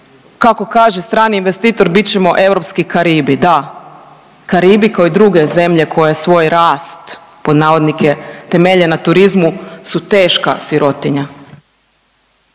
Kako kaže strani investitor bit ćemo europski Karibi. Da, Karibi kao i druge zemlje koje svoj rast pod navodnike temelje na turizmu su teška sirotinja.